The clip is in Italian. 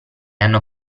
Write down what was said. hanno